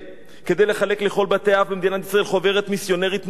כדי לחלק לכל בתי-האב במדינת ישראל חוברת מיסיונרית מובהקת.